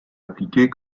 appliquées